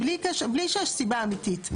בלי קשר, בלי שיש סיבה אמיתית.